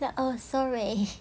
the err sorry